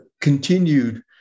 continued